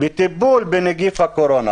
בטיפול בנגיף הקורונה.